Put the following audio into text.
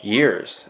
Years